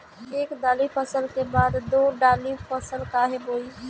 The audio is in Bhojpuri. एक दाली फसल के बाद दो डाली फसल काहे बोई?